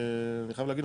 אני חייב להגיד,